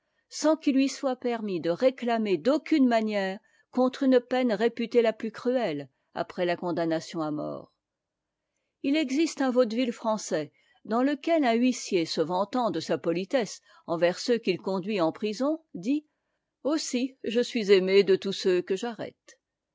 sans qu'ii lui soit permis de réclamer d'aucune manière contre une peine réputée la plus cruelle après ta condamnation amort li ristè un vaùdéville tèânçais dans lequel iw huissiei se existe uu vaudeville français dans lequel ùu huissier se vantant de sa politesse envers ceux qu'il conduit en prison dit aussi je suis aime de tous ceux que j'arrête